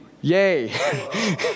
Yay